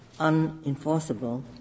unenforceable